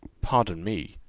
pardon me,